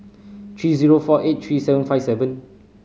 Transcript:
three zero four eight three seven five seven